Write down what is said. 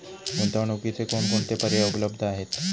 गुंतवणुकीचे कोणकोणते पर्याय उपलब्ध आहेत?